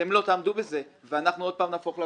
אתם לא תעמדו בזה ואנחנו עוד פעם נהפוך לעבריינים.